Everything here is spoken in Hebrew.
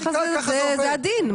זה הדין.